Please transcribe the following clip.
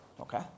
okay